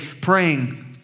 praying